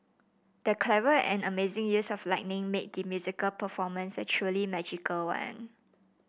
the clever and amazing use of lighting made the musical performance a truly magical one